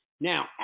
Now